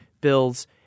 bills